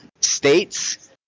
states